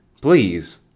please